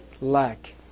lack